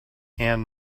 and